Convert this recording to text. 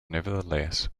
nevertheless